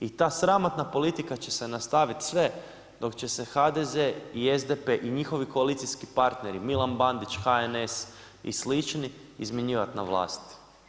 I ta sramotna politika će se nastaviti sve dok će se HDZ i SDP i njihovi koalicijski partneri, Milan Bandić, HNS i slični, izmjenjivati na vlasti.